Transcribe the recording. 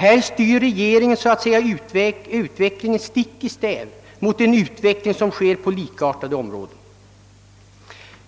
Här styr regeringen så att säga utvecklingen stick i stäv mot den tendens som råder på andra liknande områden.